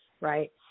right